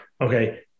okay